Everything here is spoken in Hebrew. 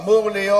אמור להיות,